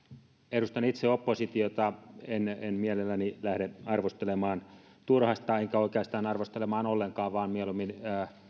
edustan itse oppositiota en en mielelläni lähde arvostelemaan turhasta enkä oikeastaan arvostelemaan ollenkaan vaan mieluummin